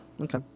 Okay